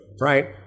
right